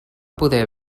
poder